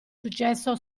successo